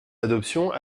adoption